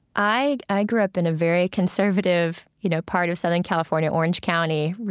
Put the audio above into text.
i i grew up in a very conservative, you know, part of southern california, orange county,